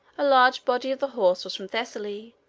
a large body of the horse was from thessaly,